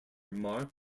marc